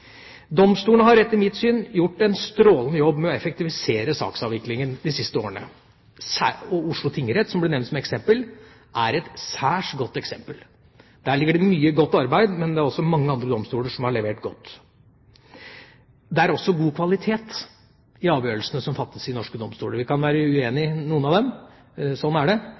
domstolene. Domstolene har etter mitt syn gjort en strålende jobb med å effektivisere saksavviklingen de siste årene. Oslo tingrett, som ble nevnt, er et særs godt eksempel. Der ligger det mye godt arbeid. Men det er også mange andre domstoler som har levert godt. Det er god kvalitet i avgjørelsene som fattes i norske domstoler. Vi kan være uenig i noen av dem, sånn er det.